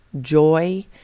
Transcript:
joy